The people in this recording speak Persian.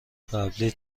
قبلی